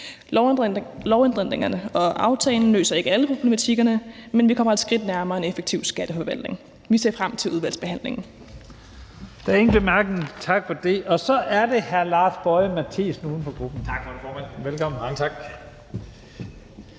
Lovændringerne og aftalen løser ikke alle problematikkerne, men vi kommer et skridt nærmere en effektiv skatteforvaltning. Vi ser frem til udvalgsbehandlingen.